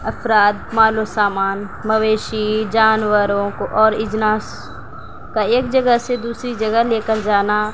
افراد مال و سامان مویشی جانوروں کو اور اجناس کا ایک جگہ سے دوسری جگہ سے لے کر جانا